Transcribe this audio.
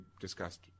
discussed